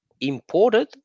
imported